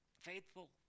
faithful